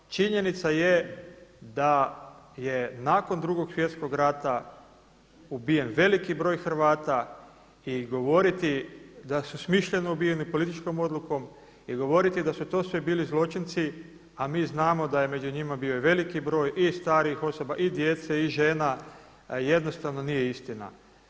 Činjenica je da je nakon Drugog svjetskog rata ubijen veliki broj Hrvata i govoriti da su smišljeno ubijeni političkom odlukom i govoriti da su to sve bili zločinci a mi znamo da je među njima bio i veliki broj i starih osoba i djece i žena, jednostavno nije istina.